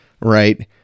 Right